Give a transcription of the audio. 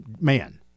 man